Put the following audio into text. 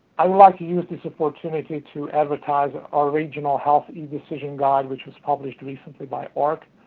i would like to use this opportunity to advertise our regional health e-decision guide, which was published recently by ahrq.